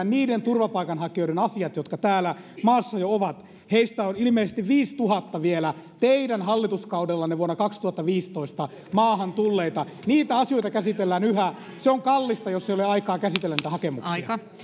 niiden turvapaikanhakijoiden asiat jotka täällä maassa jo ovat heistä on ilmeisesti viisituhatta vielä teidän hallituskaudellanne vuonna kaksituhattaviisitoista maahan tulleita niitä asioita käsitellään yhä se on kallista jos ei ole aikaa käsitellä niitä hakemuksia